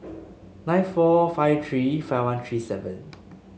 nine four five three five one three seven